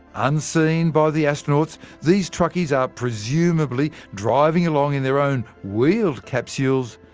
unseen by the astronauts, these truckies are presumably driving along in their own wheeled capsules,